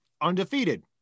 Undefeated